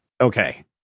Okay